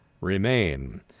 remain